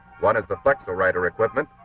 one is the flexowriter equipment,